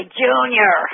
junior